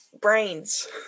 brains